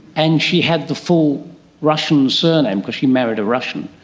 and she had the full russian surname, because she married a russian,